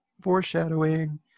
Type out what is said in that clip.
foreshadowing